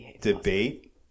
debate